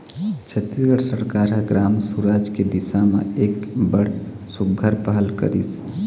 छत्तीसगढ़ सरकार ह ग्राम सुराज के दिसा म एक बड़ सुग्घर पहल करिस